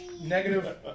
negative